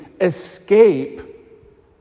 escape